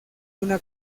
una